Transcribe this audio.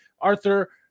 Arthur